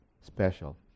special